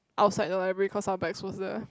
outside the library cause our bag was there